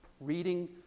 reading